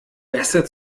besser